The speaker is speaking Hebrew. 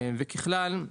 ככלל,